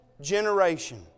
generation